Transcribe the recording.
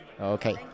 Okay